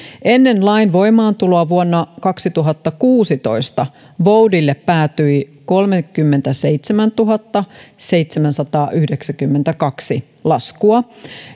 ennen lain voimaantuloa vuonna kaksituhattakuusitoista voudille päätyi kolmekymmentäseitsemäntuhattaseitsemänsataayhdeksänkymmentäkaksi laskua